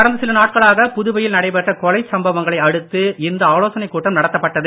கடந்த சில நாட்களாக புதுவையில் நடைபெற்ற கொலைச் சம்பவங்களை அடுத்து இந்த ஆலோசனைக் கூட்டம் நடத்தப் பட்டது